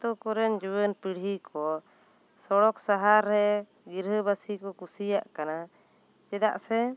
ᱟᱛᱳ ᱠᱚᱨᱮᱱ ᱡᱩᱣᱟᱱ ᱯᱤᱲᱦᱤ ᱠᱚ ᱥᱚᱲᱚᱠ ᱥᱟᱦᱟᱨ ᱨᱮ ᱜᱤᱨᱟᱹ ᱵᱟᱹᱥᱤ ᱠᱚ ᱠᱩᱥᱤᱭᱟᱜ ᱠᱟᱱᱟ ᱪᱮᱫᱟᱜ ᱥᱮ